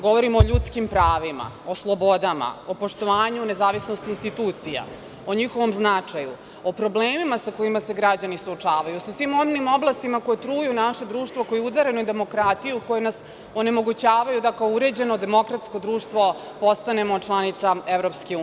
Govorimo o ljudskim pravima, o slobodama, o poštovanju, nezavisnosti institucija, o njihovom značaju, o problemima sa kojima se građani suočavaju, sa svim onim oblastima koje truju naše društvo koji udaraju na demokratiju, koji nas onemogućavaju da kao uređeno demokratsko društvo postanemo članica EU.